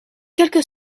quelques